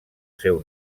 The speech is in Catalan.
seu